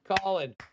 Colin